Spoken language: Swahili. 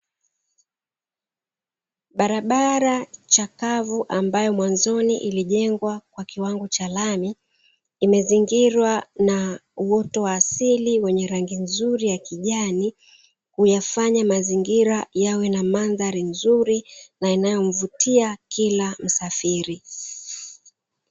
Barabara chakavu ambayo mwanzoni ilijengwa kwa kiwango cha lami, imezingirwa na uoto wa asili wenye rangi nzuri ya kijani; huyafanya mazingira yawe na mandhari nzuri na inayomvutia kila msafiri.